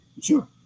sure